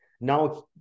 Now